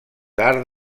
arts